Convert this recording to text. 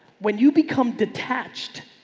when you become detached,